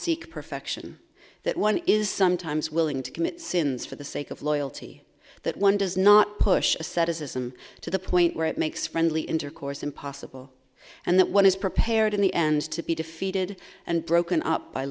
seek perfection that one is sometimes willing to commit sins for the sake of loyalty that one does not push asceticism to the point where it makes friendly intercourse impossible and that one is prepared in the end to be defeated and broken up by